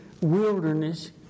wilderness